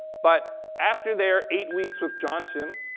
but after their eight weeks with johnson,